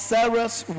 Sarah's